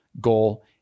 goal